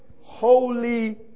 Holy